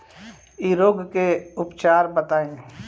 इ रोग के उपचार बताई?